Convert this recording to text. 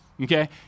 Okay